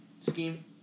scheme